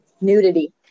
nudity